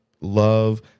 love